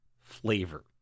flavor